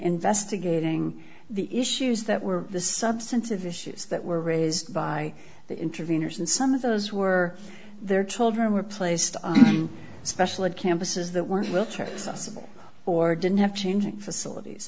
investigating the issues that were the substantive issues that were raised by the intervenors and some of those who are their children were placed on special ed campuses that weren't with texas or didn't have changing facilities